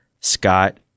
Scott